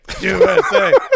USA